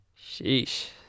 Sheesh